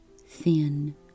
thin